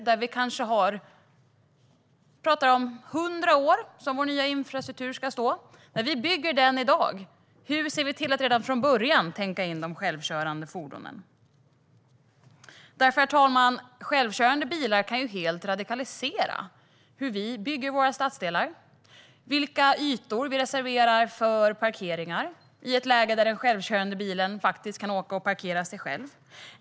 Den nya infrastrukturen kanske ska finnas i 100 år. När vi bygger den i dag måste vi redan från början tänka på de självkörande fordonen. För, herr talman, självkörande bilar kan helt radikalisera hur vi bygger våra stadsdelar och vilka ytor vi reserverar för parkeringar i ett läge där den självkörande bilen faktiskt kan åka och parkera sig själv.